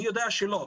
אני יודע שלא.